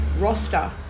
roster